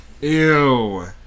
Ew